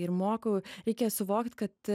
ir mokau reikia suvokt kad